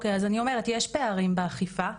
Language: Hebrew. אני אומרת, יש פערים באכיפה.